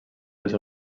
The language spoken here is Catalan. les